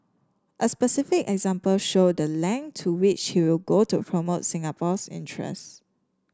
a specific example showed the length to which he will go to promote Singapore's interest